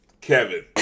Kevin